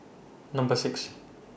Number six